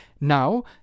now